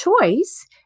choice